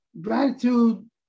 Gratitude